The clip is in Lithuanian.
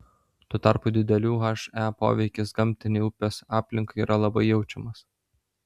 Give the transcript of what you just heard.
tuo tarpu didelių he poveikis gamtinei upės aplinkai yra labai jaučiamas